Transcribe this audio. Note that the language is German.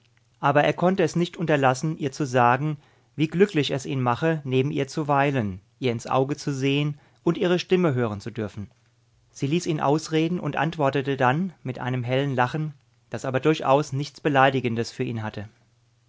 aber er konnte es nicht unterlassen ihr zu sagen wie glücklich es ihn mache neben ihr zu weilen ihr ins auge zu sehen und ihre stimme hören zu dürfen sie ließ ihn ausreden und antwortete dann mit einem hellen lachen das aber durchaus nichts beleidigendes für ihn hatte